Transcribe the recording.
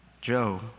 Joe